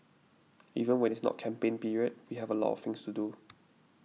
even when it's not campaign period we have a lot of things to do